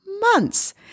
months